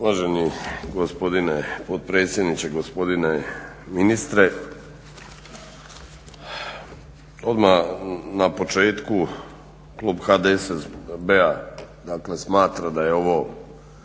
Uvaženi gospodine potpredsjedniče, gospodine ministre. Odmah na početku klub HDSSB-a, dakle smatra da je ovo